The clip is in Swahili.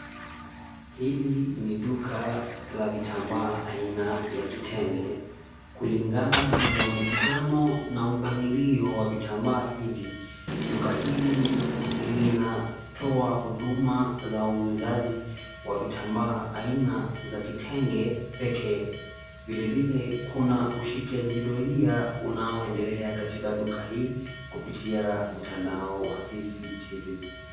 Hili ni duka la vitambaa aina ya kitenge. Kulingana na mwonekano na mpangilio wa vitambaa hivi, duka hili linatoa huduma za uuzaji wa vitambaa aina za kitenge pekee. Vilevile Kuna ushikaji doria unao endelea katika duka hili kupitia mtandao wa CCTV.